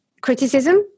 criticism